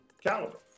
caliber